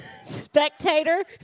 spectator